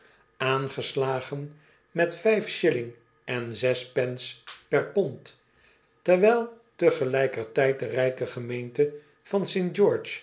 aangeslagen met vyf shilling en zes pence per pond terwijl tegelijkertijd de rijke gemeente van